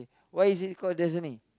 why is it call Dasani